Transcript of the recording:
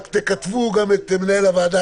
רק תכתבו גם את מנהל הוועדה,